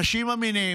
אנשים אמינים,